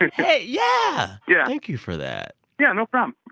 hey, yeah yeah thank you for that yeah, no problem